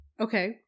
Okay